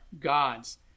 god's